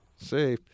See